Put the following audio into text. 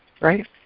right